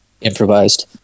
improvised